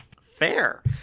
Fair